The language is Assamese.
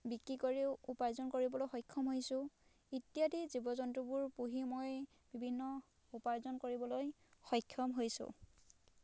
বিক্ৰী কৰিও উপাৰ্জন কৰিবলৈ সক্ষম হৈছোঁ ইত্যাদি জীৱ জন্তুবোৰ পুহি মই বিভিন্ন উপাৰ্জন কৰিবলৈ সক্ষম হৈছোঁ